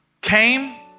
came